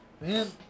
man